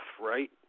right